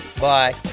Bye